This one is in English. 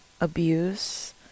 abuse